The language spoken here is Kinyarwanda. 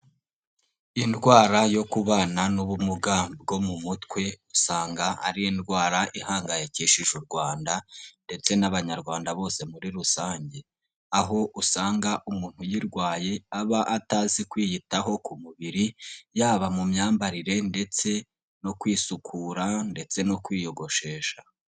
Indwara yo kubana n'ubumuga bwo mu mutwe usanga ari indwara ihangayikishije u Rwanda ndetse n'Abanyarwanda bose muri rusange, aho usanga umuntu uyirwaye aba atazi kwiyitaho ku mubiri yaba mu myambarire ndetse no kwisukura ndetse no kwiyogoshesha.